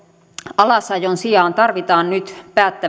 alasajon sijaan tarvitaan nyt